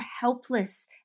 helpless